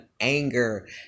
anger